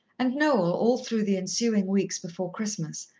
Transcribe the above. and noel, all through the ensuing weeks before christmas,